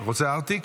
-- רוצה ארטיק?